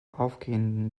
aufgehenden